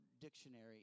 dictionary